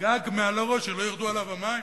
"וגג מעל הראש, שלא ירדו עליו המים."